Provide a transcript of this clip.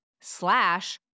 slash